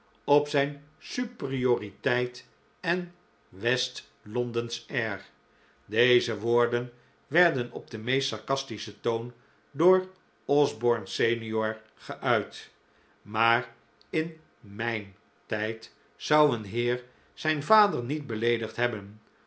op zijn superioriteit en west londensch air deze woorden werden op den meest sarcastischen toon door osborne sr geuit maar in mijn tijd zou een heer zijn vader niet beleedigd hebben